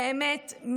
באמת,